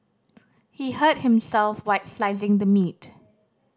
he hurt himself while slicing the meat